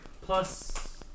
plus